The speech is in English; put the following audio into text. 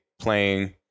playing